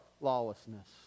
lawlessness